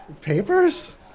Papers